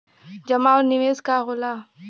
जमा और निवेश का होला?